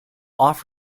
off